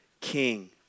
king